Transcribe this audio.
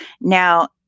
Now